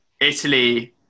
Italy